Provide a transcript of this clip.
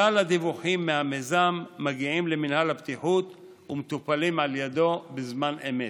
כלל הדיווחים מהמיזם מגיעים למינהל הבטיחות ומטופלים על ידיו בזמן אמת.